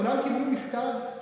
כולם קיבלו מכתב,